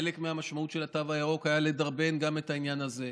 חלק מהמשמעות של התו הירוק הייתה לדרבן גם את העניין הזה,